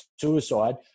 suicide